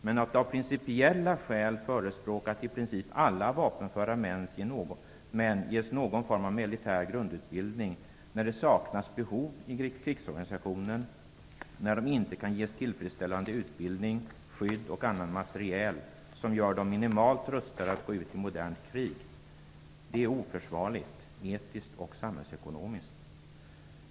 Men att av principiella skäl förespråka att i princip alla vapenföra män ges någon form av militär grundutbildning när det saknas i behov i krigsorganisationen och när de inte kan ges tillfredsställande utbildning, skydd och annan material som gör dem minimalt rustade att gå ut i modernt krig är oförsvarligt - etiskt och samhällsekonomiskt.